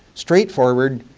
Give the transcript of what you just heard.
straight-forward,